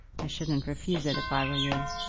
i shouldn't refuse it if i were you.